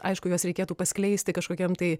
aišku juos reikėtų paskleisti kažkokiam tai